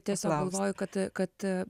tiesiog galvoju kad kad